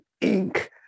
ink